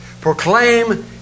Proclaim